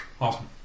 Awesome